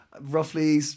roughly